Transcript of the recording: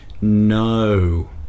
No